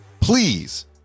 please